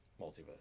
multiverse